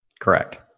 Correct